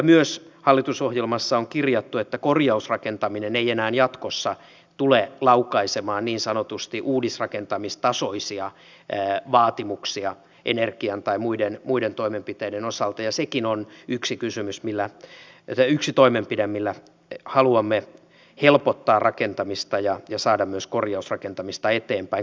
myös hallitusohjelmassa on kirjattu että korjausrakentaminen ei enää jatkossa tule laukaisemaan niin sanotusti uudisrakentamistasoisia vaatimuksia energian tai muiden toimenpiteiden osalta ja sekin on yksi toimenpide millä haluamme helpottaa rakentamista ja saada myös korjausrakentamista eteenpäin